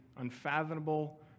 unfathomable